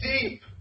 Deep